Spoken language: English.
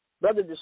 Brother